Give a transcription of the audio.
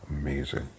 amazing